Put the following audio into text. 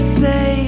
say